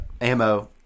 ammo